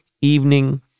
evening